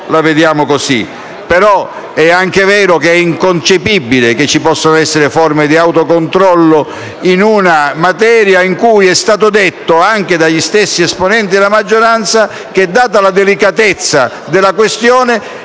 la pensiamo così. Ma è anche vero che è inconcepibile che esistano forme di autocontrollo in una materia sulla quale è stato affermato, anche dagli stessi esponenti della maggioranza, che, data la delicatezza della questione,